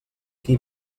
qui